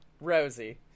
Rosie